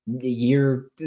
year